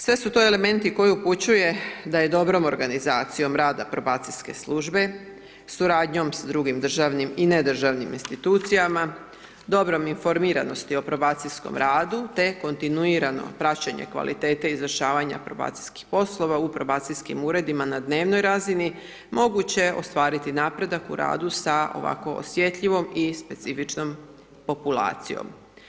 Sve su to elementi koji upućuje da je dobrom organizacijom rada probacijske službe, suradnom s drugim državnim i ne državnim institucijama, dobrom informiranosti o probacijskom radu te kontinuirano praćenje kvalitete izvršavanja probacijskih poslova u probacijskim uredima na dnevnoj razini moguće ostvariti napredak u radu sa ovako osjetljivom i specifičnom populacijom.